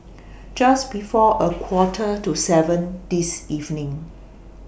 Just before A Quarter to seven This evening